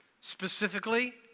Specifically